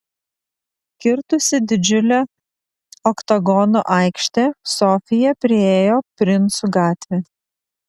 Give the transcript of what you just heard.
kirtusi didžiulę oktagono aikštę sofija priėjo princų gatvę